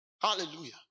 Hallelujah